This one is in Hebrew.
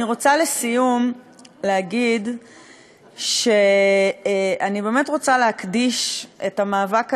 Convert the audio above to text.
אני רוצה לסיום להגיד שאני באמת רוצה להקדיש את המאבק הזה,